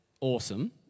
awesome